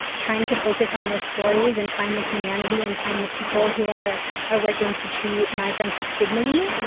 trying to focus on those stories and find the humanity and find the people who are are working to treat migrants with dignity,